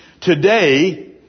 Today